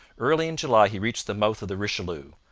early in july he reached the mouth of the richelieu,